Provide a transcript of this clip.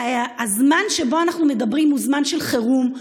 הזמן שבו אנחנו מדברים הוא זמן של חירום.